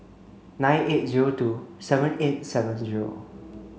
nine eight zero two seven eight seven zero